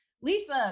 Lisa